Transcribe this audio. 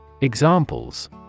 Examples